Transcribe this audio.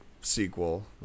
sequel